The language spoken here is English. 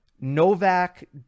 Novak